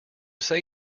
say